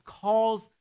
calls